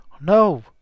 No